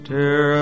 Tear